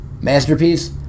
Masterpiece